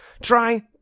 Try